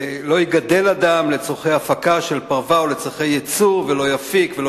יגדל אדם לצורכי הפקה של פרווה או לצורכי ייצוא ולא יפיק ולא